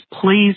Please